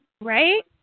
Right